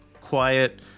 quiet